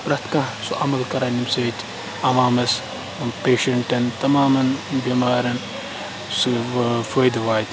پرٛتھ کانٛہہ سُہ عمل کَران ییٚمہِ سۭتۍ عوَامَس پیشَنٹَن تَمامَن بیٚمارَن سُہ فٲیدٕ واتہِ